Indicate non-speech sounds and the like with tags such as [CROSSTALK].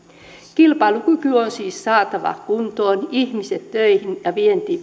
kilpailukyky on siis saatava kuntoon ihmiset töihin ja vienti [UNINTELLIGIBLE]